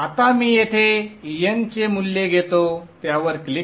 आता मी येथे n चे मूल्य घेतो त्यावर क्लिक करा